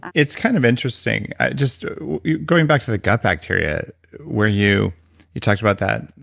it's kind of interesting just going back to the gut bacteria where you you talked about that.